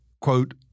quote